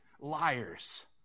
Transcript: liars